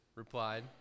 replied